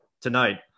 tonight